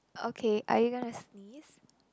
okay are you gonna sneeze